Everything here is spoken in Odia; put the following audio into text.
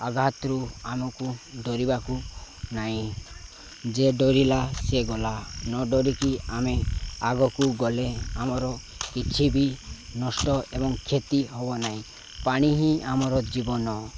ଆଘାତରୁ ଆମକୁ ଡ଼ରିବାକୁ ନାଇଁ ଯେ ଡ଼ରିଲା ସେ ଗଲା ନଡ଼ରିକି ଆମେ ଆଗକୁ ଗଲେ ଆମର କିଛି ବି ନଷ୍ଟ ଏବଂ କ୍ଷତି ହେବ ନାହିଁ ପାଣି ହିଁ ଆମର ଜୀବନ